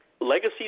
Legacy